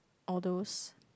all those